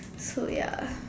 so ya